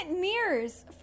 mirrors